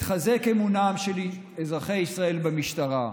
יתחזק אמונם של אזרחי ישראל במשטרה.